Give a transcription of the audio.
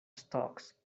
stocks